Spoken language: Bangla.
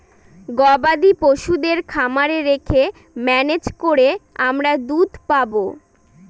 গবাদি পশুদের খামারে রেখে ম্যানেজ করে আমরা দুধ পাবো